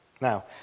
Now